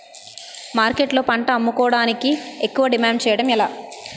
మార్కెట్లో పంట అమ్ముకోడానికి ఎక్కువ డిమాండ్ చేయడం ఎలా?